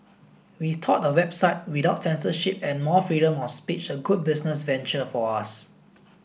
we thought a website without censorship and more freedom of speech a good business venture for us